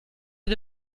est